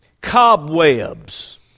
cobwebs